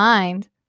mind